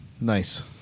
Nice